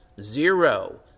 Zero